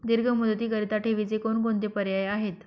दीर्घ मुदतीकरीता ठेवीचे कोणकोणते पर्याय आहेत?